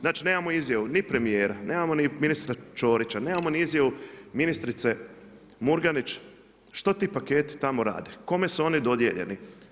Znači nemamo izjavu ni premjera, nemamo ni ministra Čorića, nemamo ni izjavu ni ministrice Murganić, što ti paketi tamo rade, kome su oni dodijeljeni.